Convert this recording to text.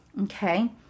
okay